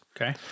Okay